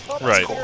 Right